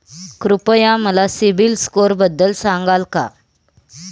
कृपया मला सीबील स्कोअरबद्दल सांगाल का?